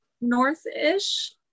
north-ish